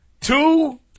Two